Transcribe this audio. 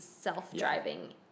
self-driving